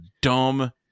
dumb